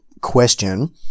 question